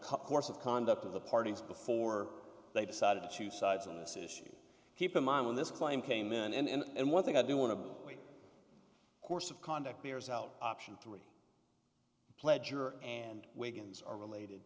course of conduct of the parties before they decided to choose sides on this issue keep in mind when this claim came in and one thing i do want to course of conduct bears out option three pledger and wakens are related